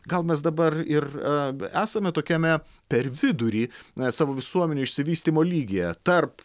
gal mes dabar ir esame tokiame per vidurį na savo visuomenių išsivystymo lygyje tarp